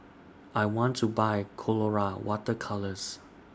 I want to Buy Colora Water Colours